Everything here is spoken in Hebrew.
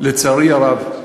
לצערי הרב,